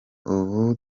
ubu